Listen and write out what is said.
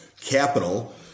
capital